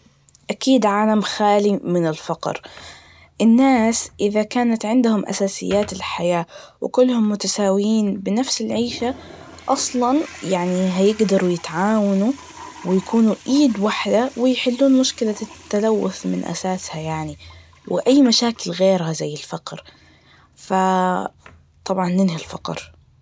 أكيد عالم خالي من الفقر, الناس إذا كانت عندهم أساسيات الحياة وكلهم متساويين بنفس العيشة, أصلاً يعني هيقدروا يتعاونوا, ويكونوا إيد واحدة ويحلون مشكلة التلوث من أساسها يعني, وأي مشاكل غيرها زي الفقر, ف طبعاً ننهي الفقر.